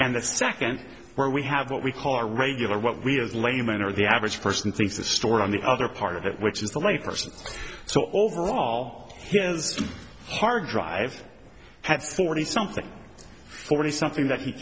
and the second where we have what we call our regular what we as laymen are the average person thinks the store on the other part of that which is the right person so overall his hard drive had forty something forty something that he